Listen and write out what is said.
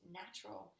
natural